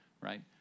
right